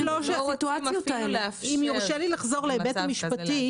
אם יורשה לי לחזור להיבט המשפטי.